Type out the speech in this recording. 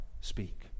speak